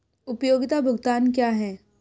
उपयोगिता भुगतान क्या हैं?